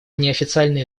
неофициальные